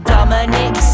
Dominic